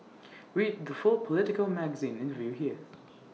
read the full Politico magazine interview here